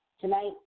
Tonight